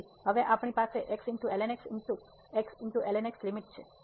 તેથી હવે આપણી પાસે લીમીટ છે